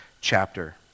chapter